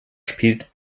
spielt